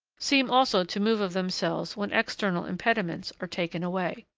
seem also to move of themselves when external impediments are taken away.